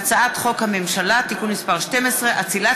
והצעת חוק הממשלה (תיקון מס' 12) (אצילת